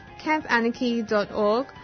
campanarchy.org